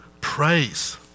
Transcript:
praise